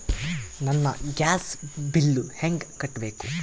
ನನ್ನ gas bill ಹೆಂಗ ಕಟ್ಟಬೇಕು?